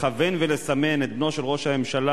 לכוון ולסמן את בנו של ראש הממשלה,